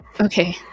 Okay